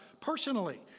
personally